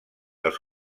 els